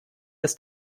des